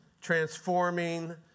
transforming